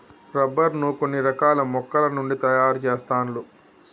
rubber ను కొన్ని రకాల మొక్కల నుండి తాయారు చెస్తాండ్లు